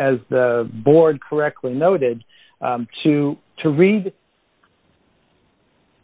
as the board correctly noted too to read